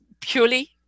purely